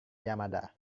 yamada